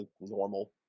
normal